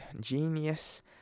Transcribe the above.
genius